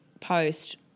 post